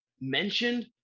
mentioned